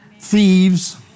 thieves